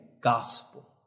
gospel